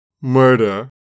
murder